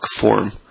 form